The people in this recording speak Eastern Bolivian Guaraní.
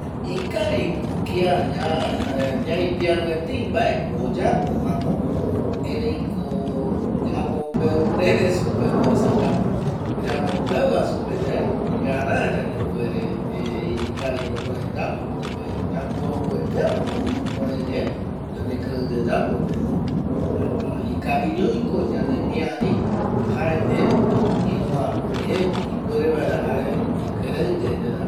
Ikaviko kia ñaipiaro etei mbaeko oyapova erei ko yamombeu reve supe, esa yamombeua supe ye gara yandepuere ikavi jukurei yayapo porque yaporomboetea ma ko ñai jukuei ye yandekirei yayapoye jaema ikaviñoiko yande miari jaendie iru mbae ndie ipuere vaera kirei yayapova